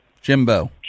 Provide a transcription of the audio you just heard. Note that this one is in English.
Jimbo